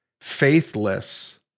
faithless